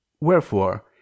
Wherefore